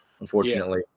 unfortunately